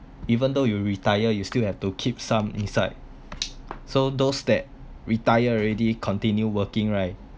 even though you retire you still have to keep some inside so those that retire already continue working right